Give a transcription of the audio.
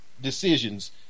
decisions